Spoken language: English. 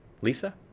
Lisa